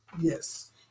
Yes